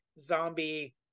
Zombie